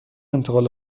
انتقال